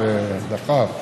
ודחף.